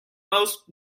most